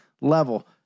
level